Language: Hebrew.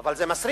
אבל זה מסריח,